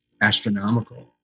astronomical